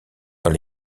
dans